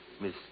Miss